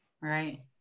Right